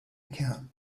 account